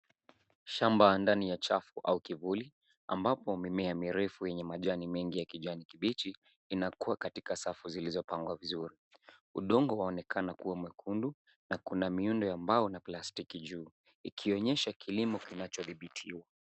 Shamba ndani ya chafu au kivuli ambapo mimea mirefu yenye majani mengi ya kijani kibichi inakua katika safu zilizopangwa vizuri. Udongo waonekana kuwa mwekundu na kuna miundo ya mbao na plastiki juu, ikionyesha kilimo kinachothibitiwa.